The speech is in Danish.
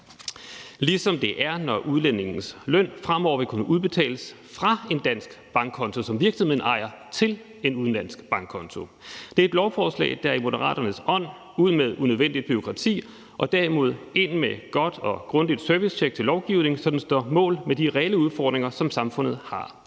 ligesom det er det, at udlændingens løn fremover vil kunne udbetales fra en dansk bankkonto, som virksomheden ejer, til en udenlandsk bankkonto. Det er et lovforslag, der er i Moderaternes ånd: Ud med unødvendigt bureaukrati, og derimod ind med et godt og grundigt servicetjek til lovgivningen, så den står mål med de reelle udfordringer, som samfundet har.